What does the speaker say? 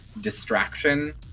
distraction